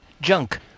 Junk